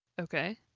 Okay